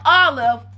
olive